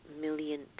million